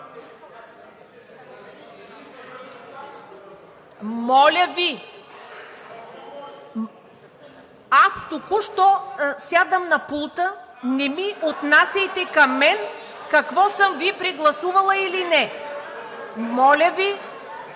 Моля Ви, аз току-що сядам на пулта. Не отнасяйте към мен какво съм Ви прегласувала или не. Моля Ви,